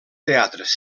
teatres